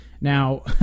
Now